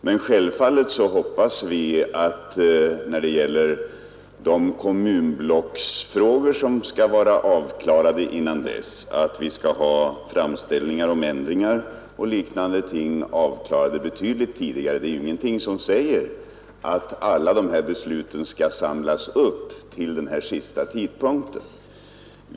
Men självfallet hoppas vi, när det gäller de kommunsammanläggningar som skall vara beslutade innan dess, att vi skall ha framställningar om ändringar och liknande ting avklarade betydligt tidigare. Det är ju ingenting som säger att alla dessa beslut skall samlas upp till den här sista tidpunkten.